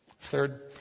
Third